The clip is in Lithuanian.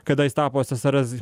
kada jis tapo es es er es